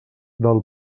del